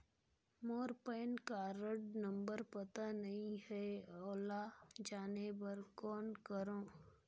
मोर PAN card number पता नहीं है, ओला जाने बर कौन करो?